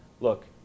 Look